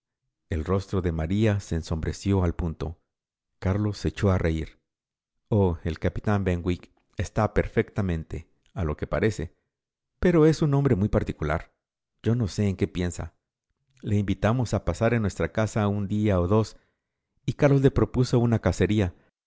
el rostro de maría se ensombreció al punto carlos se echó a reir oh el capitán benwick está perfectamente a lo que parece pero es un hombre muy particular yo no sé en qué piensa le invitamos a pasar en nuestra casa un día o dos y carlos le propuso una cacería